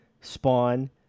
Spawn